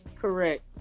Correct